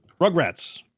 rugrats